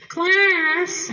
Class